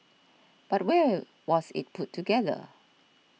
but where was it put together